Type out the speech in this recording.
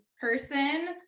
person